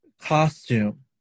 costume